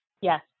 Yes